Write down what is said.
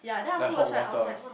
like hot water